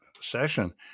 session